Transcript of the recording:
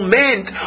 meant